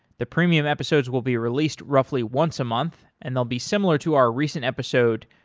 the premium episodes will be released roughly once a month and they'll be similar to our recent episode,